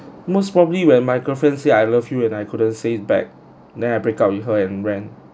most probably when my girlfriend say I love you and I couldn't say it back then I break up with her and ran